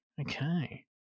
Okay